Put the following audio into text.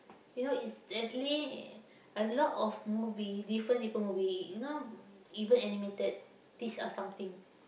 you know it's actually a lot of movies different different movie you know even animated teach us something